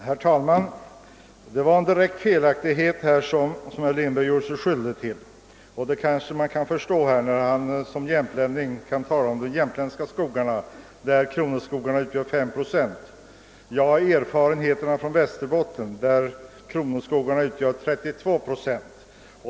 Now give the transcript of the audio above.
Herr talman! Herr Lindberg gjorde sig skyldig till en direkt felaktighet, och man kanske kan förstå att han som jämtlänning tog ett exempel från de jämtländska skogarna, av vilka 5 procent är kronoskogar. Jag har erfarenheter från Västerbotten, där kronoskogarna utgör 32 procent.